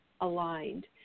aligned